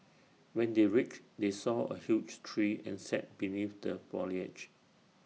when they reached they saw A huge tree and sat beneath the foliage